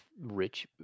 rich